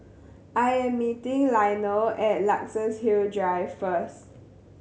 I am meeting Leonel at Luxus Hill Drive first